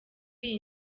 iyi